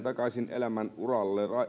takaisin elämänuralle